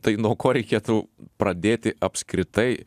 tai nuo ko reikėtų pradėti apskritai